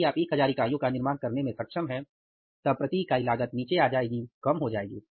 यदि आप 10000 इकाइयों का निर्माण करने में सक्षम हैं तब प्रति इकाई लागत नीचे आ जाएगी कम हो जाएगी